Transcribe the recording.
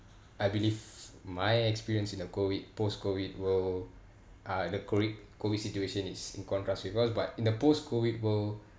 I believe my experience in a COVID post-COVID world uh the COVID COVID situation is in contrast with yours but in the post-COVID world